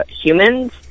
humans